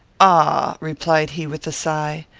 ah! replied he, with a sigh,